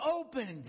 opened